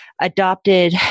adopted